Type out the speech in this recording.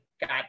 got